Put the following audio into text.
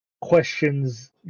questions